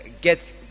get